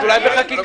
חושב